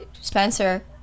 Spencer